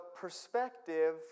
perspective